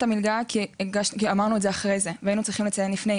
המלגה כי אמרנו את זה אחרי זה והיינו צריכים לפני,